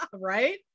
Right